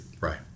Right